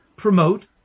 promote